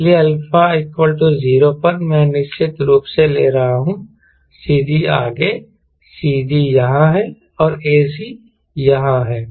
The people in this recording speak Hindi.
इसलिए α 0 पर मैं निश्चित रूप से ले रहा हूं CG आगे CG यहाँ है और ac यहाँ है